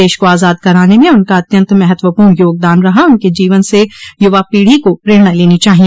देश को आजाद कराने में उनका अत्यन्त महत्वपूर्ण योगदान रहा उनके जीवन से युवा पीढ़ी को प्रेरणा लेनी चाहिए